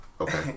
okay